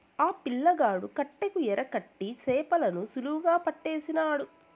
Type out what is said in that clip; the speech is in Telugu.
ఆ పిల్లగాడు కట్టెకు ఎరకట్టి చేపలను సులువుగా పట్టేసినాడు